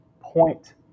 point